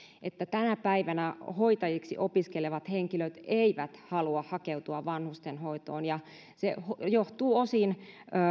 että tänä päivänä hoitajiksi opiskelevat henkilöt eivät halua hakeutua vanhustenhoitoon ja se johtuu osin